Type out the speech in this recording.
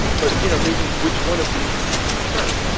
but you know maybe which one of these would you prefer?